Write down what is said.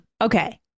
Okay